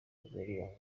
azaririmba